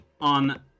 on